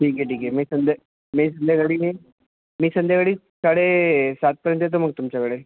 ठीक आहे ठीक आहे मी संध्या मी संध्याकाळी मी मी संध्याकाळी साडे सातपर्यंत येतो मग तुमच्याकडे